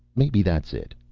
maybe that's it.